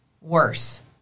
worse